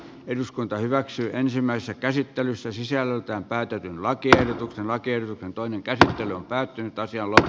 eduskunta hyväksyi ensimmäisessä käsittelyssä sisällöltään päätetyn lakiehdotuksen väkerr toinen kärkiottelu päättyi taisi olla